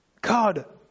God